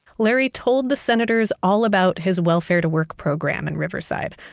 larry told the senators all about his welfare-to-work program in riverside.